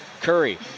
Curry